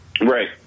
Right